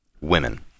women